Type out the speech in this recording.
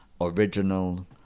original